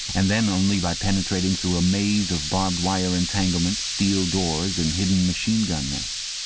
and then only by penetrating through a maze of barbed-wire entanglements, steel doors, and hidden machine-gun nests.